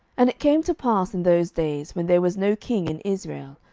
and it came to pass in those days, when there was no king in israel,